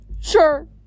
Sure